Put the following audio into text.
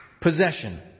possession